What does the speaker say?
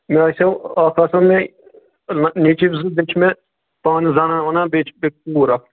مےٚ آسیٚو اکھ آسن مےٚ نیٚچِو زٕ بیٚیہِ چھِ مےٚ پانہ زنان ونان بیٚیہِ چھِ مےٚ کوٗر اکھ